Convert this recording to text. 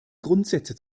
grundsätze